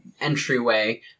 entryway